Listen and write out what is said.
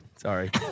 sorry